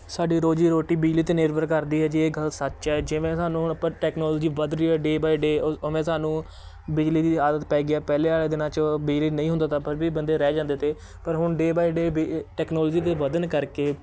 ਸਾਡੀ ਰੋਜ਼ੀ ਰੋਟੀ ਬਿਜਲੀ 'ਤੇ ਨਿਰਭਰ ਕਰਦੀ ਹੈ ਜੀ ਇਹ ਗੱਲ ਸੱਚ ਹੈ ਜਿਵੇਂ ਸਾਨੂੰ ਹੁਣ ਆਪਾਂ ਟੈਕਨੋਲੋਜੀ ਵੱਧ ਰਹੀ ਹੈ ਡੇ ਬਾਏ ਡੇ ਉ ਉਵੇਂ ਸਾਨੂੰ ਬਿਜਲੀ ਦੀ ਆਦਤ ਪੈ ਗਈ ਆ ਪਹਿਲੇ ਵਾਲੇ ਦਿਨਾਂ 'ਚ ਬਿਜਲੀ ਨਹੀਂ ਹੁੰਦਾ ਤਾ ਪਰ ਵੀ ਬੰਦੇ ਰਹਿ ਜਾਂਦੇ ਅਤੇ ਪਰ ਹੁਣ ਡੇ ਬਾਏ ਡੇ ਬਿ ਟੈਕਨੋਲੋਜੀ ਦੇ ਵਧਣ ਕਰਕੇ